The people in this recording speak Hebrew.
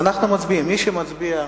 אנחנו מצביעים.